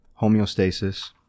homeostasis